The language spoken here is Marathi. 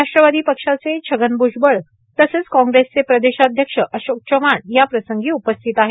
राष्ट्रवादी पक्षाचे छगन भुजबळ तसंच काग्रेसचे प्रदेशाध्यक्ष अशोक चव्हाण याप्रसंगी उपस्थित आहेत